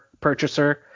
purchaser